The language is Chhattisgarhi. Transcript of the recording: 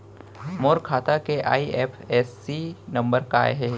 मोर खाता के आई.एफ.एस.सी नम्बर का हे?